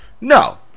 No